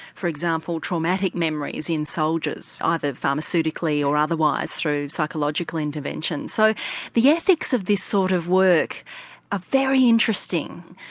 for example, traumatic memories in soldiers, either pharmaceutically or otherwise through psychological interventions. so the ethics of this sort of work are ah very interesting,